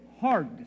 hard